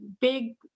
big